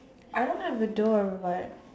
I don't have a door but